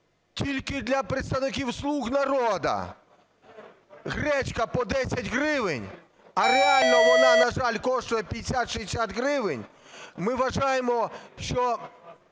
тільки для представників "слуг народу" гречка по 10 гривень, а реально вона, на жаль, коштує 50-60 гривень, ми вважаємо, що